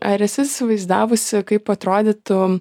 ar esi įsivaizdavusi kaip atrodytų